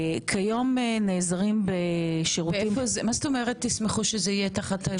כיום נעזרים בשירותים --- מה זאת אומרת שתשמחו שזה יהיה תחת משרדכם?